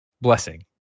blessing